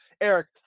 Eric